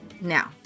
Now